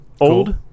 Old